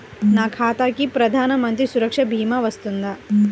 నా ఖాతాకి ప్రధాన మంత్రి సురక్ష భీమా వర్తిస్తుందా?